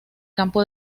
campo